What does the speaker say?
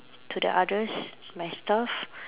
to the others my staff